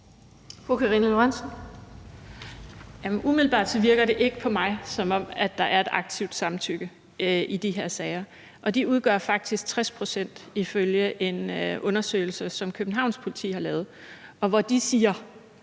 Umiddelbart virker det ikke på mig, som om der er et aktivt samtykke i de her sager, og de udgør faktisk 60 pct. ifølge en undersøgelse, som Københavns Politi har lavet. De siger,